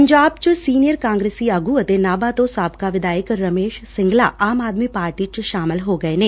ਪੰਜਾਬ ਚ ਸੀਨੀਅਰ ਕਾਂਗਰਸੀ ਆਗੂ ਅਤੇ ਨਾਭਾ ਤੋਂ ਸਾਬਕਾ ਵਿਧਾਇਕ ਰਮੇਸ਼ ਸਿੰਗਲਾ ਆਮ ਆਦਮੀ ਪਾਰਟੀ ਚ ਸ਼ਾਮਲ ਹੋ ਗਏ ਨੇ